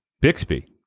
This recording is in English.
Bixby